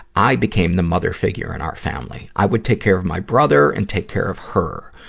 i became the mother figure in our family. i would take care of my brother and take care of her.